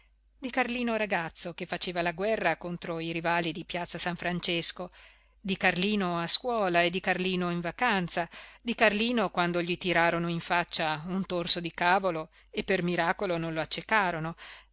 di carlino ragazzo che faceva la guerra contro i rivali di piazza san francesco di carlino a scuola e di carlino in vacanza di carlino quando gli tirarono in faccia un torso di cavolo e per miracolo non lo accecarono